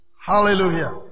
Hallelujah